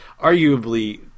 arguably